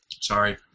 sorry